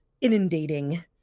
inundating